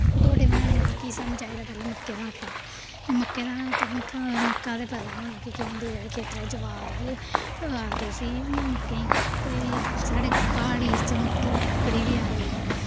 ढोडे बनाने होऐ मतलब कि सानूं चाहिदा पैह्लें मक्कें दा आटा मक्कें दा ते तुसें मक्कां दा ते पता होना कि केह् होंदी जेह्ड़ी खेतरे च ज्वार बी आखदे उस्सी मक्कें गी ते साढ़े प्हाड़ी च मक्कें कुक्कड़ी बी आखदे ऐ